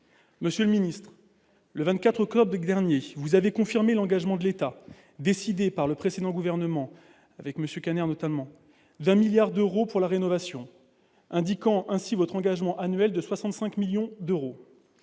Monsieur le ministre, le 24 octobre dernier, vous avez confirmé l'engagement de l'État, décidé par le précédent gouvernement, dont Patrick Kanner faisait notamment partie, de 1 milliard d'euros pour la rénovation, indiquant ainsi votre engagement annuel de 65 millions d'euros.